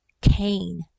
Cain